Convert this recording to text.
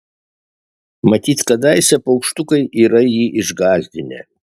matyt kadaise paukštukai yra jį išgąsdinę